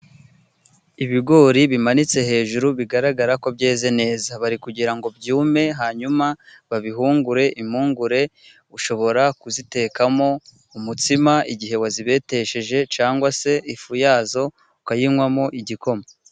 Ibigori bimanitse hejuru bigaragara ko byeze neza, bari kugira ngo byume hanyuma babihungure, impungure ushobora kuzitekamo umutsima igihe wazibetesheje cyangwa se ifu yazo ukayinywamo igikoma.